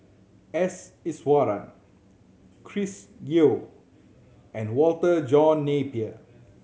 S Iswaran Chris Yeo and Walter John Napier